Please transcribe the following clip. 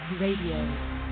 Radio